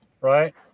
right